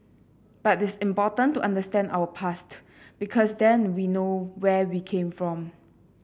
but it is important to understand our past because then we know where we came from